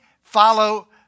follow